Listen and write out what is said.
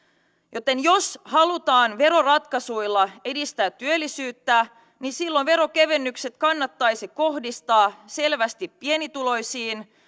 joten jos halutaan veroratkaisuilla edistää työllisyyttä niin silloin veronkevennykset kannattaisi kohdistaa selvästi pienituloisiin